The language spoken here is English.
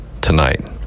tonight